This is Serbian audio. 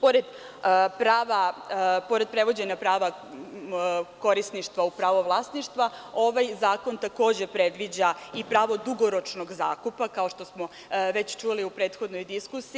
Pored prevođenja prava korisništva u pravo vlasništva, ovaj zakon takođe predviđa i pravo dugoročnog zakupa, kao što smo već čuli u prethodnoj diskusiji.